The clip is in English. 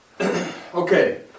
Okay